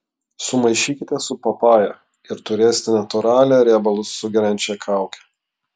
sumaišykite su papaja ir turėsite natūralią riebalus sugeriančią kaukę